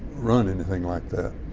run anything like that.